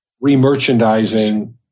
re-merchandising